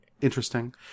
interesting